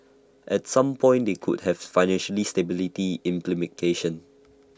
at some point they could have financial stability implications